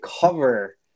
cover